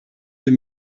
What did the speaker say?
deux